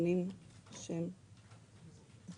נתונים שאני יכולה לשלוף אני שולפת,